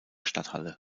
stadthalle